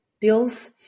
deals